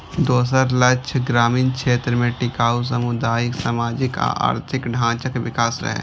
दोसर लक्ष्य ग्रामीण क्षेत्र मे टिकाउ सामुदायिक, सामाजिक आ आर्थिक ढांचाक विकास रहै